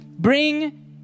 Bring